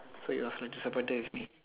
so he was disappointed with me